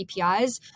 APIs